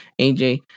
AJ